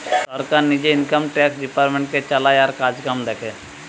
সরকার নিজে income tax ডিপার্টমেন্টটাকে চালায় আর কাজকাম দেখে